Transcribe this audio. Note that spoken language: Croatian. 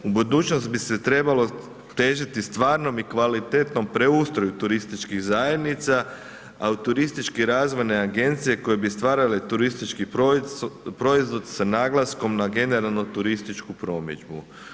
U budućnosti bi se trebalo težiti stvarnom i kvalitetnom preustroju turističkih zajednica a turistički razvojne agencije koje bi stvarale turistički proizvod sa naglaskom na generalno turističku promidžbu.